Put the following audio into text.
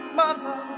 mother